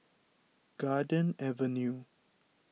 Garden Avenue